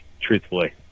truthfully